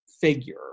figure